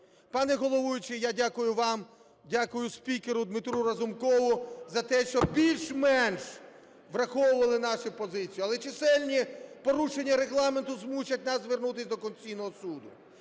Пане головуючий, я дякую вам, дякую спікеру Дмитру Разумкову за те, що більш-менш враховували нашу позицію. Але чисельні порушення Регламенту змусять нас звернутися до Конституційного Суду.